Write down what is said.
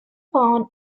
pawn